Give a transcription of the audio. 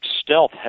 stealth